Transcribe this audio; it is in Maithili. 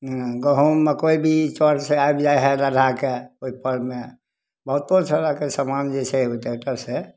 गहूम मकइ बीज चरसे आबि जाइ हइ लधाके ओहिपरमे बहुतो तरहके समान जे छै ओहि ट्रैकटरसे